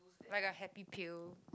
like a happy pill